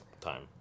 time